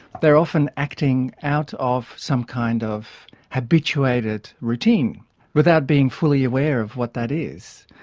they are often acting out of some kind of habituated routine without being fully aware of what that is.